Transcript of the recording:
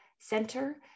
center